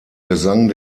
gesang